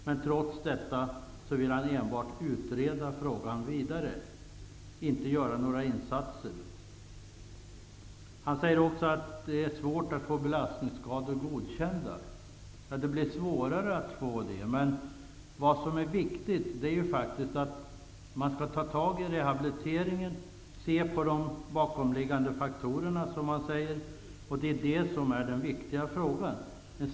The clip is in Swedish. Men trots detta vill han enbart utreda frågan vidare, inte göra några insatser. Han säger också att det är svårt att få belastningsskador godkända. Ja, det blir svårare att få dem godkända. Men vad som är viktigt är ju faktiskt att ta tag i rehabiliteringen -- se på de bakomliggande faktorerna, som man säger.